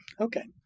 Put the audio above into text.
okay